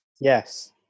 Yes